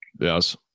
Yes